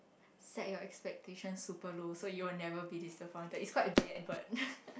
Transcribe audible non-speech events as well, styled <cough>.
set your expectations super low so you will never be disappointed it's quite bad but <laughs>